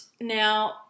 now